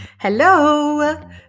hello